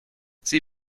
sie